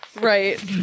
Right